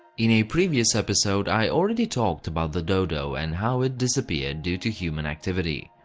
in a previous episode, i already talked about the dodo and how it disappeared due to human activity.